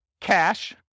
cash